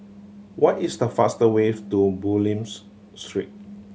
what is the fast ways to Bulim Street